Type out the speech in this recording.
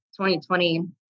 2020